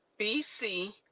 BC